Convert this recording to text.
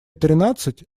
тринадцать